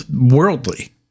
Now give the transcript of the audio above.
worldly